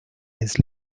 his